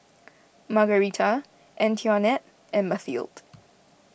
Margarita Antionette and Mathilde